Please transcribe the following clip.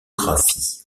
graphie